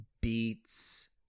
beats